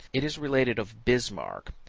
it is related of bismark,